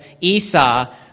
Esau